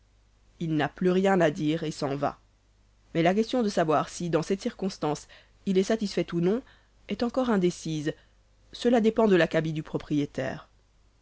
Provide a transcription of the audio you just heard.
il n'a plus rien à dire et s'en va mais la question de savoir si dans cette circonstance il est satisfait ou non est encore indécise cela dépend de l'acabit du propriétaire